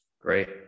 Great